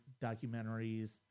documentaries